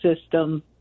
system